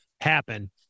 happen